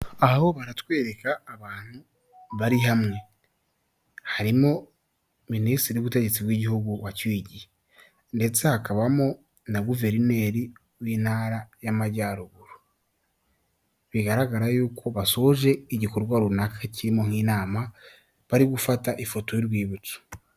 Aha ho baratwereka abantu bari hamwe, harimo minisitiri w'ubutegetsi bw'igihugu wacyuye igihe ndetse hakabamo na guverineri w'intara y'Amajyaruguru, bigaragara yuko basoje igikorwa runaka kirimo nk'inama bari gufata ifoto y'urwibutso.